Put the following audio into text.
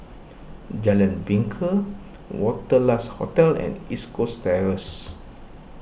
Jalan Bingka Wanderlust Hotel and East Coast Terrace